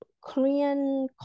Korean